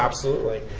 absolutely.